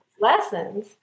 lessons